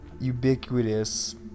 ubiquitous